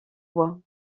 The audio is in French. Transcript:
bois